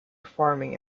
farming